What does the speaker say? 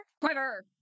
Quiver